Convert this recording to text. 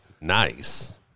nice